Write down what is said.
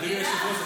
אדוני היושב-ראש,